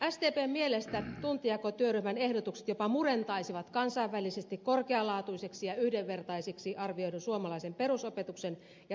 sdpn mielestä tuntijakotyöryhmän ehdotukset jopa murentaisivat kansainvälisesti korkealaatuiseksi ja yhdenvertaiseksi arvioidun suomalaisen perusopetuksen ja sen toimintaedellytykset